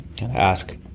ask